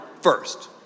first